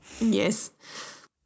Yes